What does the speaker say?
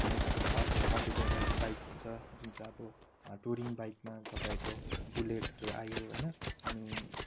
अनि अर्को तपाईँको कम्प्युटराइज बाइक हुन्छ अब टुरिङ बाइकमा तपाईँको बुलेटहरू आयो होइन अनि